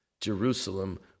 Jerusalem